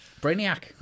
Brainiac